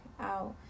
out